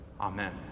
Amen